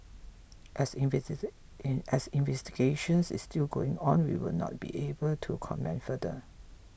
as invest in as investigations is still going on we will not be able to comment further